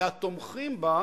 והתומכים בו